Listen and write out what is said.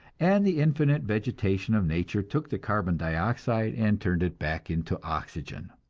and the infinite vegetation of nature took the carbon dioxide and turned it back into oxygen.